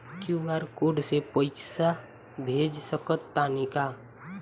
QR code से पईसा भेज सक तानी का?